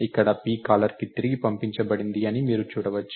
ఇక్కడ p కాలర్కు తిరిగి పంపించబడింది అని మీరు చూడవచ్చు